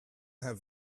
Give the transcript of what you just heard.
have